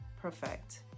perfect